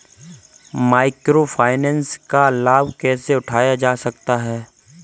Micro finance का लाभ कैसे उठाया जा सकता है?